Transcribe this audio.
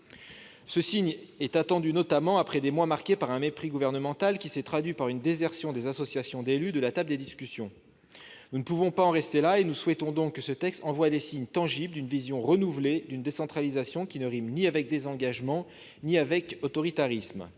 Ce signe est attendu, notamment après des mois marqués par un mépris gouvernemental, qui s'est traduit par une désertion des associations d'élus de la table des discussions. Nous ne pouvons pas en rester là, et nous souhaitons donc que ce texte envoie des signes tangibles d'une vision renouvelée d'une décentralisation qui ne rimerait ni avec désengagement ni avec autoritarisme.